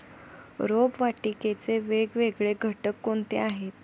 रोपवाटिकेचे वेगवेगळे घटक कोणते आहेत?